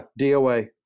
DOA